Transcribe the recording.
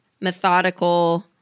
methodical